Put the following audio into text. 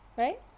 Right